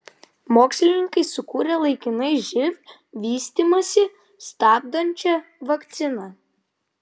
mokslininkai sukūrė laikinai živ vystymąsi stabdančią vakciną